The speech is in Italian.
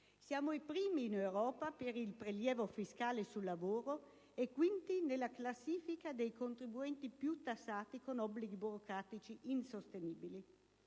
Siamo i primi in Europa per il prelievo fiscale sul lavoro e quindi nella classifica dei contribuenti più tassati con obblighi burocratici insostenibili.